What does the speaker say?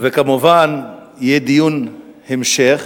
וכמובן, יהיה דיון המשך,